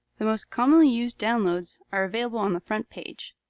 the most commonly used downloads are available on the front page.